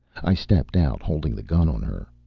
i stepped out, holding the gun on her.